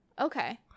okay